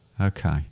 okay